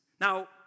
Now